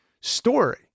story